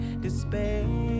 despair